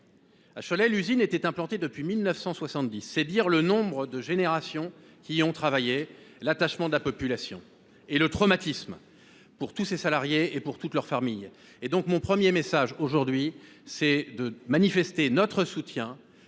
À Cholet, l’usine était implantée depuis 1970. C’est dire le nombre de générations qui y ont travaillé, l’attachement de la population et le traumatisme pour tous ces salariés et pour les familles. Mon premier message aujourd’hui sera donc pour exprimer notre soutien